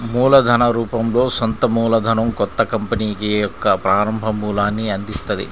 మూలధన రూపంలో సొంత మూలధనం కొత్త కంపెనీకి యొక్క ప్రారంభ మూలాన్ని అందిత్తది